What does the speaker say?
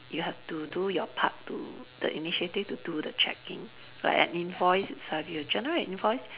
you have to do your part to the initiative to do the checking like an invoice itself you generate invoice